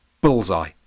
bullseye